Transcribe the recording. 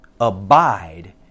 abide